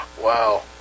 Wow